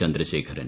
Chandrasekharan